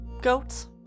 goats